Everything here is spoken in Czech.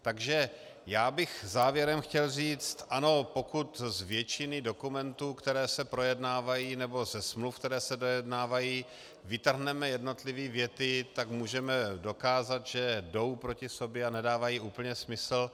Takže já bych závěrem chtěl říct ano, pokud z většiny dokumentů, které se projednávají, nebo ze smluv, které se dojednávají, vytrhneme jednotlivé věty, tak můžeme dokázat, že jdou proti sobě a nedávají úplně smysl.